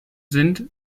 sind